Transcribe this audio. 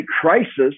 crisis